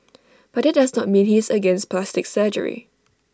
but that does not mean he is against plastic surgery